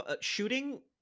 shooting